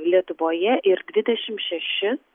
lietuvoje ir dvidešimt šešis